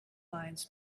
lines